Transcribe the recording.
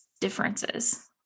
differences